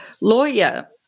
lawyer